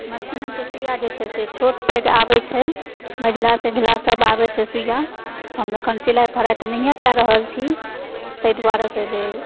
मशीनक सुइया जे छै से छोट पैघ आबैत छै मझिला सझिलासभ आबैत छै सुइया हम अखन सिलाइ फराइ तऽ नहिए कऽ रहल छी ताहि दुआरेसँ जे